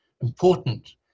Important